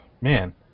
Man